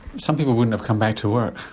some people wouldn't have come back to work,